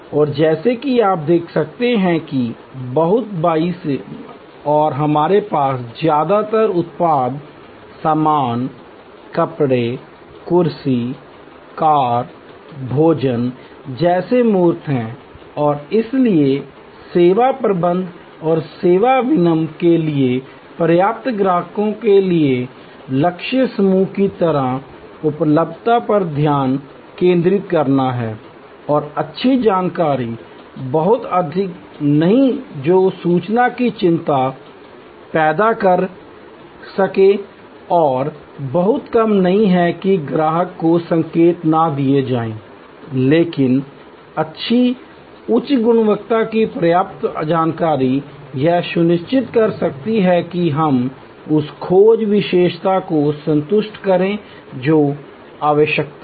और जैसा कि आप देख सकते हैं कि बहुत बाईं ओर हमारे पास ज्यादातर उत्पाद सामान कपड़े कुर्सी कार भोजन जैसे मूर्त हैं और इसलिए सेवा प्रबंधन सेवा विपणन के लिए पर्याप्त ग्राहकों के लक्ष्य समूह की उपलब्धता पर ध्यान केंद्रित करना है और अच्छी जानकारी बहुत अधिक नहीं जो सूचना की चिंता पैदा कर सकती है बहुत कम नहीं है कि ग्राहक को संकेत न दिया जाए लेकिन अच्छी उच्च गुणवत्ता की पर्याप्त जानकारी यह सुनिश्चित कर सकती है कि हम उस खोज विशेषता को संतुष्ट करें जो आवश्यक है